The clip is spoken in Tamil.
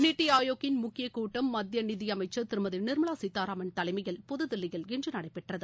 நித்தி ஆயோக்கின் முக்கிய கூட்டம் மத்திய நிதியமைச்சர் திருமதி நிர்மலா சீதாராமன் தலைமையில் புதுதில்லியில் இன்று நடைபெற்றது